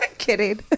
kidding